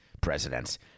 presidents